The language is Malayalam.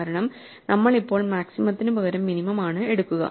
കാരണം നമ്മൾ ഇപ്പോൾ മാക്സിമത്തിനു പകരം മിനിമം ആണ് എടുക്കുക